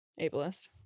ableist